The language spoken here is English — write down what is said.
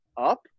up